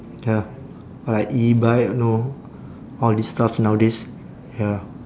ya like e-bike know all these stuff nowadays ya